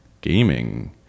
gaming